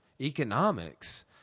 Economics